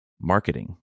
Marketing